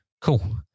Cool